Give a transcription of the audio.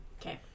Okay